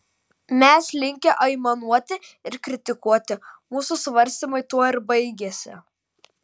mes linkę aimanuoti ir kritikuoti mūsų svarstymai tuo ir baigiasi